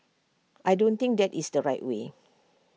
I don't think that is the right way